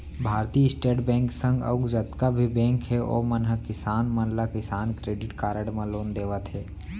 भारतीय state bank के संग अउ जतका भी बेंक हे ओमन ह किसान मन ला किसान क्रेडिट कारड म लोन देवत हें